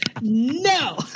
No